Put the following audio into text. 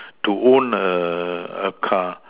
to own a a car